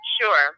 Sure